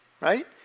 right